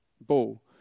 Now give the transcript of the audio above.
ball